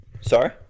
sorry